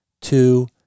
two